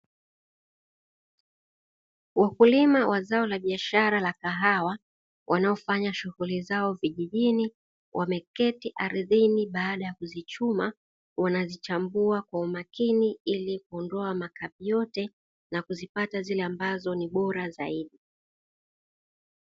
Wakulima wa zao la biashara la kahawa wanaofanya shughuli zao vijijini, wameketi ardhini baada ya kuzichuma wanazichambua kwa umakini ili kuondoa makapi yote, na kuzipata zile ambazo ni bora zaidi.